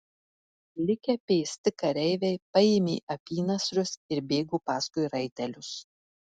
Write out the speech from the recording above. likę pėsti kareiviai paėmė apynasrius ir bėgo paskui raitelius